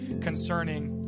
concerning